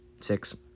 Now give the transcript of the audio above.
six